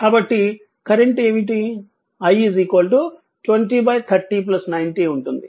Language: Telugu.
కాబట్టి కరెంట్ ఏమిటి i 20 30 90 ఉంటుంది